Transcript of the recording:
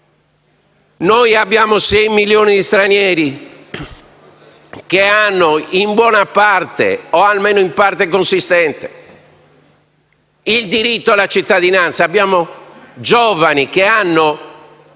Abbiamo sei milioni di stranieri che hanno in buona parte o in parte consistente il diritto alla cittadinanza. Abbiamo giovani che qui hanno